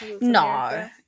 no